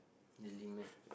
really meh